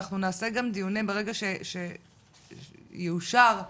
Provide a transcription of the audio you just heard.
ברגע שיאושר,